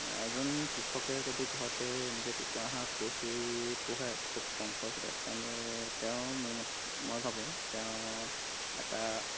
এজন কৃষকে যদি ঘৰতে এনেকৈ কুকুৰা হাঁহ পুহি পুহে খুব কম খৰচতে তেওঁলোক তেওঁ মোৰ মতে মই ভাবোঁ তেওঁ এটা